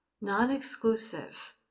non-exclusive